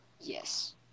Yes